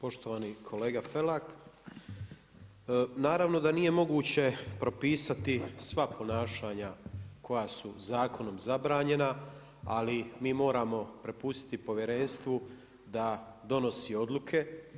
Poštovani kolega Felak, naravno da nije moguće propisati sva ponašanja koja su zakonom zabranjena ali mi moramo prepustiti povjerenstvu da donosi odluke.